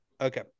okay